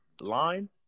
line